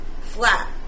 flat